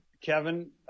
Kevin